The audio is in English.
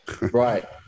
right